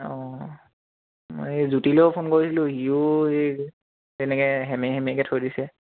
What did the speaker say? অঁ মই এই জ্য়োতিলৈও ফোন কৰিছিলোঁ সিও এই তেনেকৈ সেমে সেমেকৈ থৈ দিছে